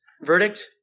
verdict